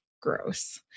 gross